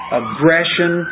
aggression